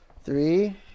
Three